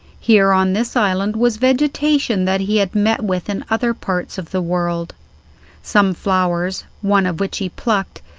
here on this island was vegetation that he had met with in other parts of the world some flowers, one of which he plucked,